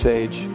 age